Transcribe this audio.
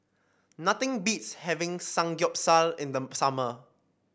nothing beats having Samgyeopsal in them summer